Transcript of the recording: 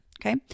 Okay